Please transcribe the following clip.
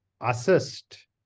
assist